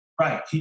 Right